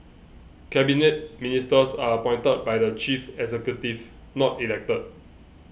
Cabinet Ministers are appointed by the chief executive not elected